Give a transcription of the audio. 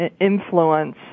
influence